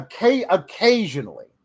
occasionally